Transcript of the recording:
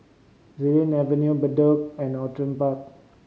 Xilin Avenue Bedok and Outram Park